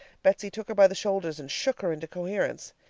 betsy took her by the shoulders, and shook her into coherence.